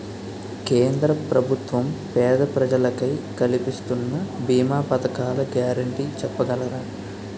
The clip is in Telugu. కేంద్ర ప్రభుత్వం పేద ప్రజలకై కలిపిస్తున్న భీమా పథకాల గ్యారంటీ చెప్పగలరా?